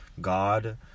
God